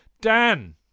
Dan